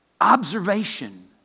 observation